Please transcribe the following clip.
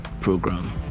program